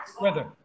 weather